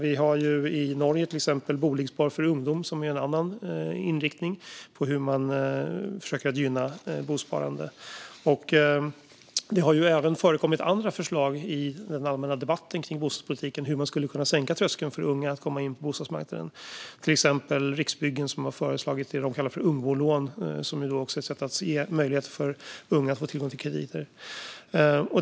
I Norge finns boligsparing for ungdom, som är en annan inriktning på att försöka gynna bosparande. Det har även förekommit andra förslag i den allmänna debatten om bostadspolitiken på hur tröskeln till bostadsmarknaden skulle kunna sänkas för unga. Till exempel har Riksbyggen föreslagit det de kallar ungbolån, som skulle vara ett sätt att ge möjlighet för unga att få tillgång till krediter.